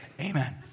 Amen